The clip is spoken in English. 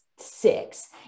Six